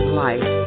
life